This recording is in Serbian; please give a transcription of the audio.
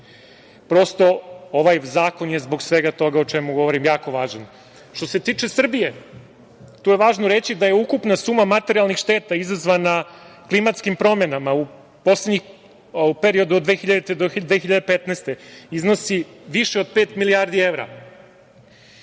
Prosto, ovaj zakon je zbog svega toga o čemu govorim jako važan. Što se tiče Srbije, tu je važno reći da je ukupna suma materijalnih šteta izazvana klimatskim promenama u periodu od 2000. do 2015. godine iznosi više od 5.000.000.000 evra.